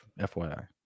fyi